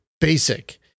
basic